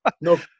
No